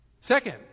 Second